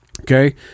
Okay